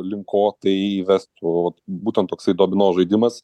link ko tai vestų būtent toksai domino žaidimas